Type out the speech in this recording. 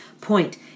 Point